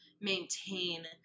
maintain